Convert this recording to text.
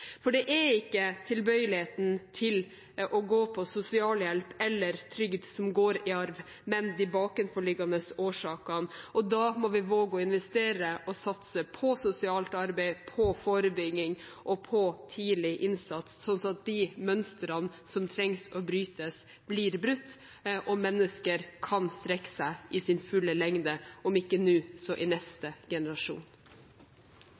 ytelsene. Det er ikke tilbøyeligheten til å gå på sosialhjelp eller trygd som går i arv, men de bakenforliggende årsakene, og da må vi våge å investere og satse på sosialt arbeid, på forebygging og på tidlig innsats sånn at de mønstrene som trengs å brytes, blir brutt, og mennesker kan strekke seg i sin fulle lengde – om ikke nå, så i neste generasjon.